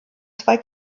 zwei